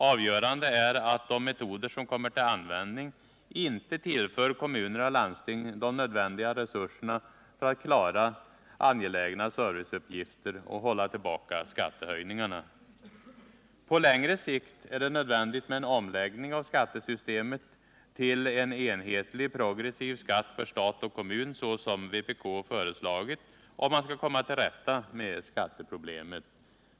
Avgörande är att de metoder som kommer till användning inte tillför kommuner och landsting de nödvändiga resurserna för att klara angelägna serviceuppgifter och hålla tillbaka skattehöjningarna. På längre sikt är det nödvändigt med en omläggning av skattesystemet till en enhetlig progressiv skatt för stat och kommun, såsom vpk föreslagit, om man skall komma till rätta med skatteproblemet.